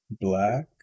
black